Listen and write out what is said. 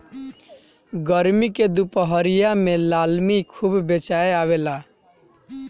गरमी के दुपहरिया में लालमि खूब बेचाय आवेला